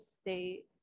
state